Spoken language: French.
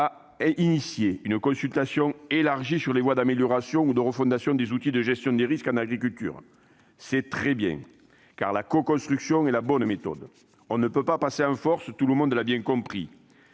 a lancé une consultation élargie sur les voies d'amélioration ou de refondation des outils de gestion des risques en agriculture. C'est très positif, car la coconstruction est la bonne méthode. On ne peut passer en force, tout le monde l'a bien compris.